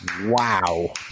wow